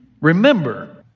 remember